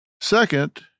Second